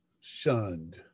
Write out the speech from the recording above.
shunned